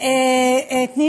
תני